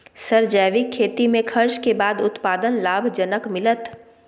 Sir जैविक खेती में खर्च के बाद उत्पादन लाभ जनक मिलत?